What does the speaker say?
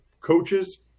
coaches